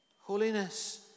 Holiness